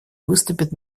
выступит